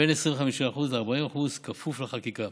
בין 25% ל-40%, כפוף לחקיקה.